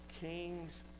kings